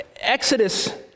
Exodus